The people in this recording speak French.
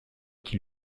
qui